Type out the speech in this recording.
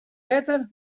wetter